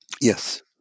Yes